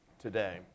today